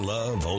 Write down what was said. Love